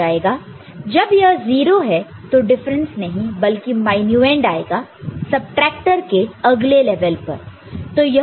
जब यह 0 है तो डिफरेंस नहीं बल्कि मायन्यूएंड आएगा सबट्रैक्टर के अगले लेवल पर